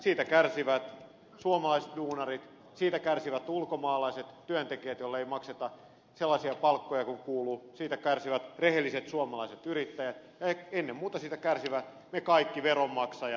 siitä kärsivät suomalaisduunarit siitä kärsivät ulkomaalaiset työntekijät joille ei makseta sellaisia palkkoja kuin kuuluu siitä kärsivät rehelliset suomalaiset yrittäjät ja ennen muuta siitä kärsimme me kaikki veronmaksajat